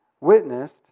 witnessed